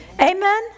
Amen